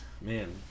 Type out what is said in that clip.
man